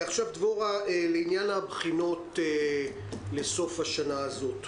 עכשיו, דבורה, לעניין הבחינות לסוף השנה הזאת,